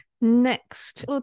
Next